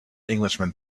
englishman